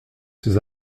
ces